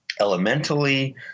elementally